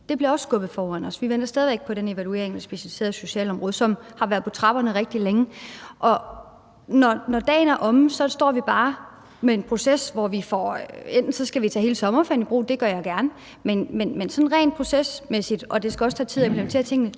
det blev også skubbet foran os, og vi venter stadig væk på den evaluering af det specialiserede socialområde, som har været på trapperne rigtig længe. Når dagen er omme, står vi bare med en proces, hvor vi enten skal tage hele sommerferien i brug, det gør jeg gerne, men sådan rent procesmæssigt, og det skal også tage tid at implementere tingene,